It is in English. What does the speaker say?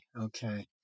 okay